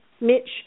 Mitch